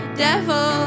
devil